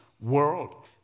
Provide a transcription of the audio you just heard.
world